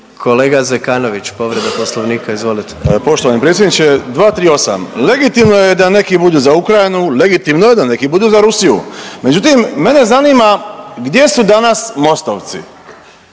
Kolega Zekanović, povreda Poslovnika, izvolite. **Zekanović, Hrvoje (HDS)** Poštovani predsjedniče 238., legitimno je da neki budu za Ukrajinu, legitimno je da neki budu za Rusiju. Međutim mene zanima gdje su danas MOST-ovci?